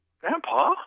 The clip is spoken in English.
Grandpa